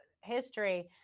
history